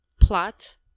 plot